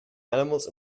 animals